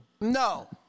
No